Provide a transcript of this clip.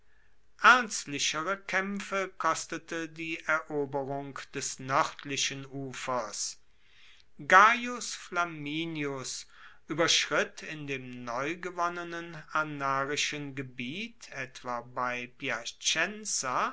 ernstlichere kaempfe kostete die eroberung des noerdlichen ufers gaius flaminius ueberschritt in dem neugewonnenen anarischen gebiet etwa bei